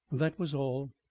that was all.